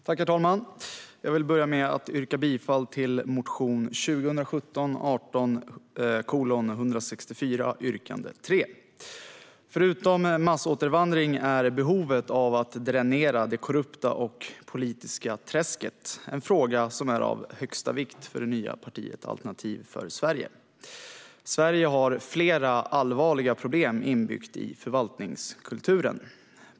Herr talman! Jag vill börja med att yrka bifall till motion 2017/18:164, yrkande 3. Förutom massåtervandring är behovet av att dränera det korrupta och politiska träsket en fråga som är av högsta vikt för det nya partiet Alternativ för Sverige. Sverige har flera allvarliga problem inbyggda i förvaltningskulturen.